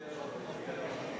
בשנה הבאה,